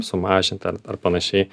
sumažint ar ar panašiai